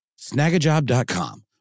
Snagajob.com